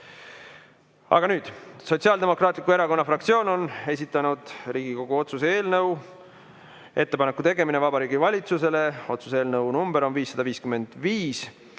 ka. Aga nüüd, Sotsiaaldemokraatliku Erakonna fraktsioon on esitanud Riigikogu otsuse eelnõu "Ettepaneku tegemine Vabariigi Valitsusele". Eelnõu number on 555